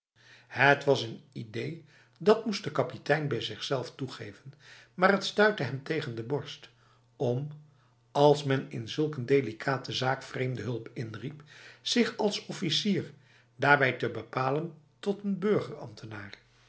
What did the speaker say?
het was n idee dat moest de kapitein bij zichzelve toegeven maar het stuitte hem tegen de borst om als men in zulk een delicate zaak vreemde hulp inriep zich als officier daarbij te bepalen tot een